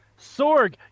Sorg